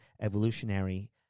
evolutionary